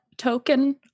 token